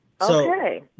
Okay